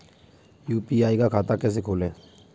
UPI का खाता कैसे खोलें?